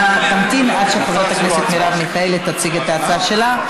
אתה תמתין עד שחברת הכנסת מרב מיכאלי תציג את ההצעה שלה,